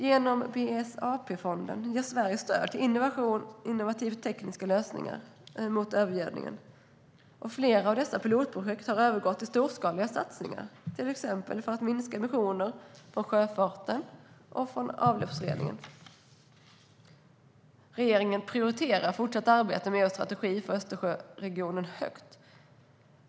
Genom BSAP-fonden ger Sverige stöd till innovativa tekniska lösningar mot övergödningen. Flera av dessa pilotprojekt har övergått i storskaliga satsningar, till exempel för att minska emissioner från sjöfarten och avloppsreningen. Regeringen prioriterar fortsatt arbetet med EU:s strategi för Östersjöregionen högt.